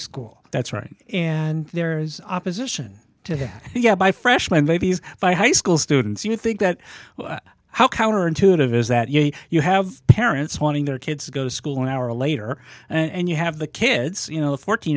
school that's right and there's opposition to yeah by freshman babies by high school students you think that how counterintuitive is that you have parents wanting their kids to go to school an hour later and you have the kids you know fourteen